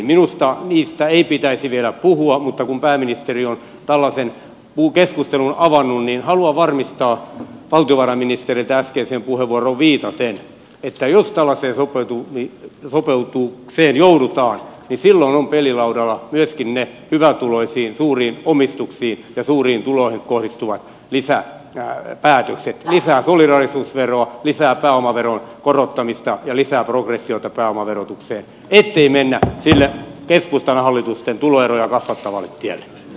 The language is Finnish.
minusta niistä ei pitäisi vielä puhua mutta kun pääministeri on tällaisen keskustelun avannut niin haluan varmistaa valtiovarainministeriltä äskeiseen puheenvuoroon viitaten että jos tällaiseen sopeutukseen joudutaan niin silloin ovat pelilaudalla myöskin ne hyvätuloisiin suuriin omistuksiin ja suuriin tuloihin kohdistuvat lisäpäätökset lisää solidaarisuusveroa lisää pääomaveron korottamista ja lisää progressiota pääomaverotukseen ettei mennä sille keskustan hallitusten tuloeroja kasvattavalle tielle